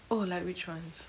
oh like which ones